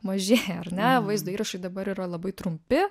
mažėja ar ne vaizdo įrašai dabar yra labai trumpi